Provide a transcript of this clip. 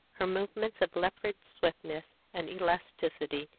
her movements of leopard swiftness and elasticity,